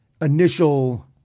initial